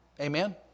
Amen